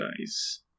guys